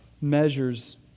measures